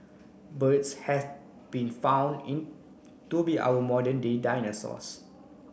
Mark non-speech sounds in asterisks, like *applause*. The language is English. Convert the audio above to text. birds *unintelligible* been found in to be our modern day dinosaurs